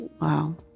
Wow